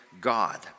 God